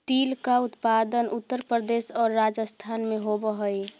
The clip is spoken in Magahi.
तिल का उत्पादन उत्तर प्रदेश और राजस्थान में होवअ हई